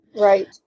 Right